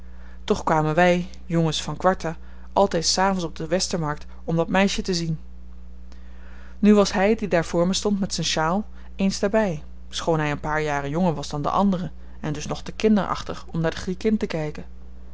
toch kwamen wy jongens van quarta altyd s avends op de westermarkt om dat meisje te zien nu was hy die daar voor me stond met zyn sjaal eens daarby schoon hy een paar jaren jonger was dan de anderen en dus nog te kinderachtig om naar de griekin te kyken